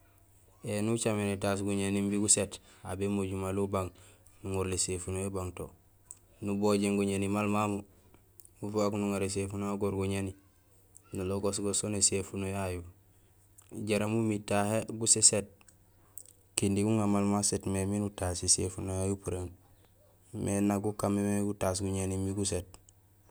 Néni ucaméén étaas guñéni imbi guséét, aw bémojul mali ubang, nuŋorul éséfunohi ubang to, nubojéén guñéni maal mamu ufaak nuŋaar éséfuno yayu nugoor guñéni nulogoos go sén éséfuno yayu jaraam imi tahé gusését kinding uŋa maal masét mé miin utaas éséfuno yayu upuréén mé nak gukaan mé gutaas guñéén imbi guséét.